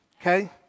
okay